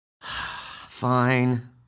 Fine